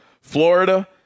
Florida